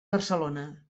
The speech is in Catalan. barcelona